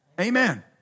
Amen